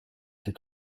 t’ai